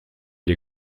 les